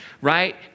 Right